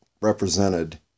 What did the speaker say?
represented